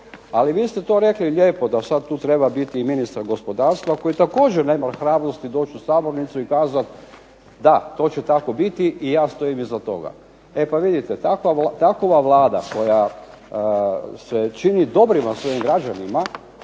Ali vi ste to rekli lijepo da sad tu treba biti i ministar gospodarstva koji također nema hrabrosti doći u sabornicu i kazati da, to će tako biti i ja stojim iza toga. E pa vidite, takova Vlada koja se čini dobrima svojim građanima,